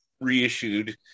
reissued